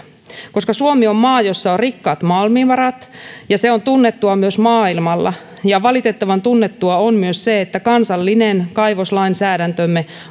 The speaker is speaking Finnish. koska suomi on maa jossa on rikkaat malmivarat ja se on tunnettua myös maailmalla ja valitettavan tunnettua on myös se että kansallinen kaivoslainsäädäntömme